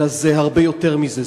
אלא זה הרבה יותר מזה,